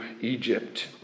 Egypt